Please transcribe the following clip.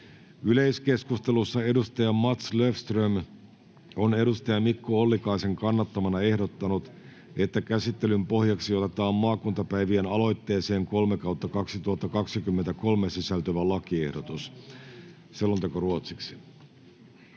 Yleiskeskustelussa Mats Löfström on Mikko Ollikaisen kannattamana ehdottanut, että käsittelyn pohjaksi otetaan maakuntapäivien aloitteeseen M 3/2023 sisältyvä lakiehdotus. [Speech 4]